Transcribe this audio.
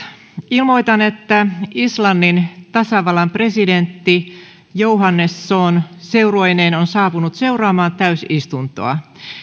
ilmoitan että islannin tasavallan presidentti johannesson seurueineen on saapunut seuraamaan täysistuntoa